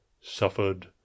suffered